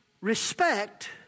respect